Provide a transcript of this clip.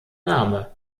name